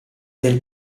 del